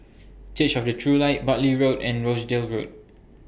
Church of The True Light Bartley Road and Rochdale Road